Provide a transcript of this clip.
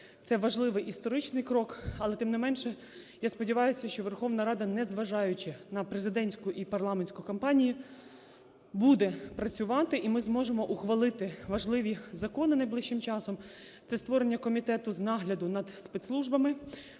це важливий історичний крок. Але, тим не менше, я сподіваюся, що Верховна Рада, незважаючи на президентську і парламентську кампанії, буде працювати і ми зможемо ухвалити важливі закони найближчим часом – це створення Комітету з нагляду над спецслужбами,